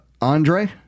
Andre